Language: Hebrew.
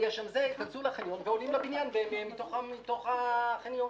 ייכנסו לחניון ויעלו לבניין מתוך החניון.